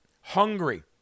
hungry